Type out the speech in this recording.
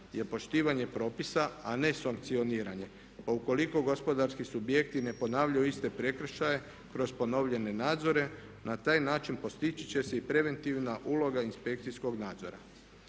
je poštivanje propisa, a ne sankcioniranje, pa ukoliko gospodarski subjekti ne ponavljaju iste prekršaje kroz ponovljene nadzore na taj način postići će se i preventivna uloga inspekcijskog nadzora.